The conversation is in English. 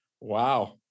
Wow